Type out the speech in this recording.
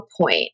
point